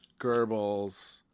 Goebbels